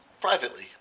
privately